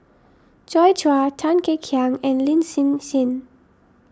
Joi Chua Tan Kek Hiang and Lin Hsin Hsin